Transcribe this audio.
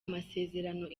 masezerano